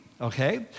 okay